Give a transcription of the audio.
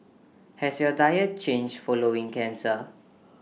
has your diet changed following cancer